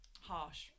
Harsh